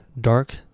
dark